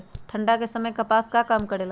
ठंडा के समय मे कपास का काम करेला?